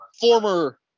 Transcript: former